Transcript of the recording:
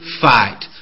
fight